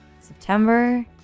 September